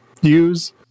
use